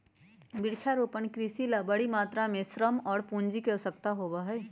वृक्षारोपण कृषि ला बड़ी मात्रा में श्रम और पूंजी के आवश्यकता होबा हई